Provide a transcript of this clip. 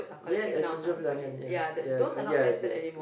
ya penjodoh bilangan ya ya uh yes yes